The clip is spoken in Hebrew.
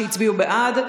שהצביעו בעד.